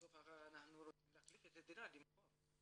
בסוף אנחנו רוצים להחליף את הדירה, למכור.